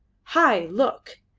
hai, look!